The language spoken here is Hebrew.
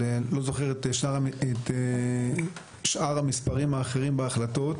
לא זוכר את שאר המספרים האחרים בהחלטות,